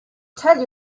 tell